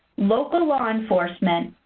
local law enforcement,